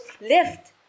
lift